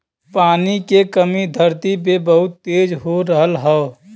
पानी के कमी धरती पे बहुत तेज हो रहल हौ